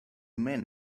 men